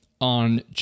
On